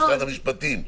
משרד המשפטים,